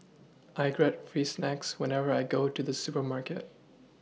I get free snacks whenever I go to the supermarket